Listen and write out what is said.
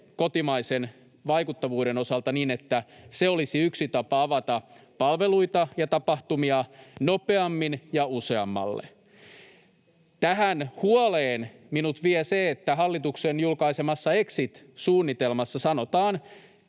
kotimaisen vaikuttavuuden osalta, niin että se olisi yksi tapa avata palveluita ja tapahtumia nopeammin ja useammalle. Tähän huoleen minut vie se, että hallituksen julkaisemassa exit-suunnitelmassa sivulla